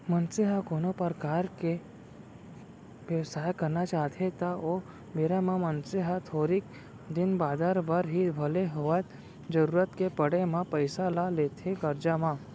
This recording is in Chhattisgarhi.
मनसे ह कोनो परकार के बेवसाय करना चाहथे त ओ बेरा म मनसे ह थोरिक दिन बादर बर ही भले होवय जरुरत के पड़े म पइसा ल लेथे करजा म